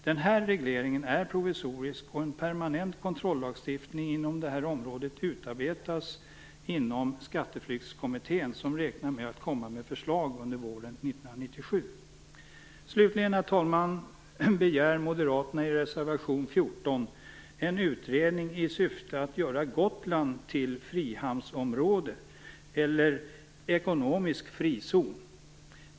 Den här regleringen är provisorisk, och en permanent kontrollagstiftning inom detta område utarbetas inom Skattteflyktskommittén, som räknar med att komma med förslag under våren 1997. Slutligen, herr talman, begär moderaterna i reservation nr 14 en utredning i syfte att göra Gotland till frihamnsområde eller ekonomisk frizon.